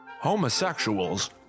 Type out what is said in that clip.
homosexuals